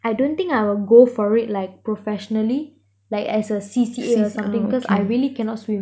I don't think I will go for it like professionally like as a C_C_A or something cause I really cannot swim